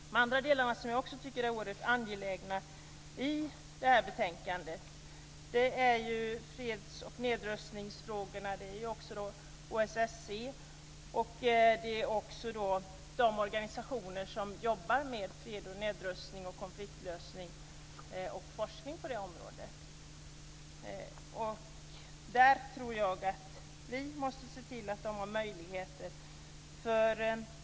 De andra delarna som jag tycker är oerhört angelägna i betänkandet är freds och nedrustningsfrågorna, OSSE och de organisationer som jobbar med fred, nedrustning och konfliktlösning och forskning på det området. Vi måste se till att de har möjligheter.